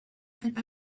and